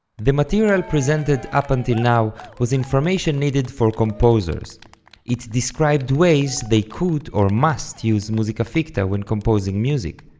the material presented up until now was information needed for composers it described ways they could or must use musica ficta when composing music.